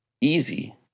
easy